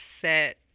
set